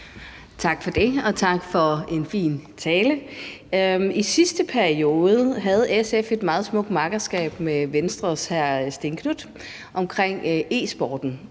Tak for det, og tak for en fin tale. I sidste periode havde SF et meget smukt makkerskab med Venstres hr. Stén Knuth omkring e-sporten,